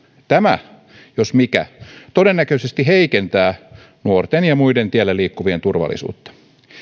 tämä jos mikä todennäköisesti heikentää nuorten ja muiden tiellä liikkuvien turvallisuutta